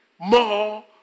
more